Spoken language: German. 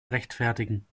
rechtfertigen